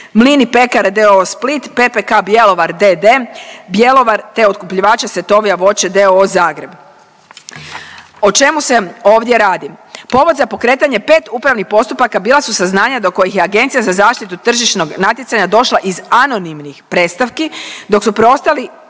Mlin i pekare d.o.o. Split, PPK Bjelovar d.d. Bjelovar te otkupljivače SEtovia voće d.o.o. Zagreb. O čemu se ovdje radi? Povod za pokretanje pet upravnih postupaka bila su saznanja do kojih je Agencija za zaštitu tržišnog natjecanja došla iz anonimnih predstavki dok su preostali